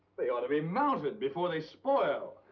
they ought to be mounted before they spoil!